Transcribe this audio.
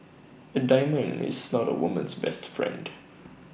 A diamond is not A woman's best friend